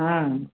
ହଁ